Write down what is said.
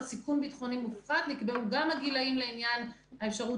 סיכון ביטחוני מופחת נקבעו גם הגילאים לעניין האפשרות